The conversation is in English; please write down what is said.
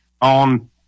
on